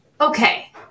okay